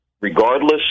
regardless